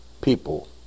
people